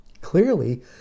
Clearly